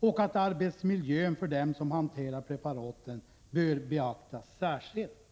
och att arbetsmiljön för dem som hanterar preparaten bör beaktas särskilt.